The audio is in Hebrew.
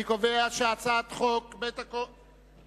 אני קובע שהצעת חוק בית העצמאות,